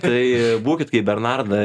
tai būkit kaip bernarda